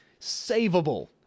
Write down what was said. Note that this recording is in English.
savable